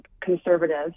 conservatives